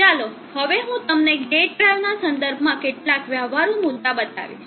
ચાલો હવે હું તમને ગેટ ડ્રાઈવ ના સંદર્ભમાં કેટલાક વ્યવહારુ મુદ્દા બતાવીશ